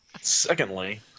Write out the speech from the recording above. Secondly